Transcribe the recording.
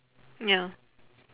ya